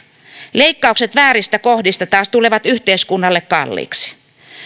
leikkaukset vääristä kohdista taas tulevat yhteiskunnalle kalliiksi